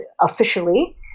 officially